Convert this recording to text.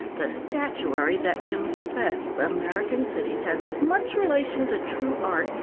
the statuary that infests american cities has as much relation to true art,